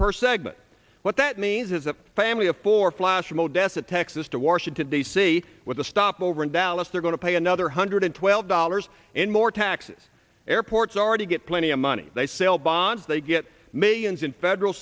per segment what that means is a family of four flash from odessa texas to washington d c with a stopover in dallas they're going to pay another hundred twelve dollars in more taxes airports already get plenty of money they sell bonds they get millions in federal